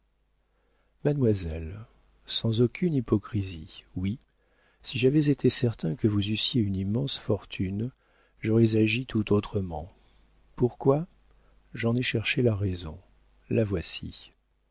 mademoiselle sans aucune hypocrisie oui si j'avais été certain que vous eussiez une immense fortune j'aurais agi tout autrement pourquoi j'en ai cherché la raison la voici